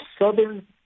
Southern